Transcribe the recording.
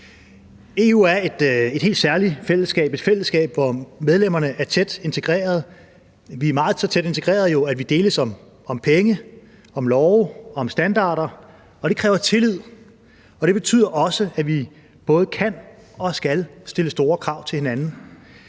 fællesskab, et fællesskab, hvor medlemmerne er tæt integrerede, og vi er jo så tæt integreret, at vi deles om penge, om love, om standarder – og det kræver tillid. Det betyder også, at vi både kan og skal stille store krav til hinanden.